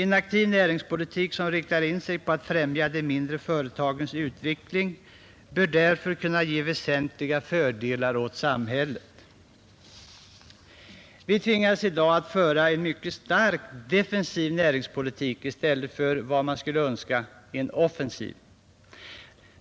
En aktiv näringspolitik som riktar in sig på att främja de mindre företagens utveckling bör kunna ge väsentliga fördelar åt samhället. Vi tvingas i dag föra en mycket starkt defensiv näringspolitik i stället för vad man skulle önska, en offensiv.